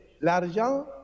l'argent